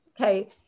okay